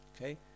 okay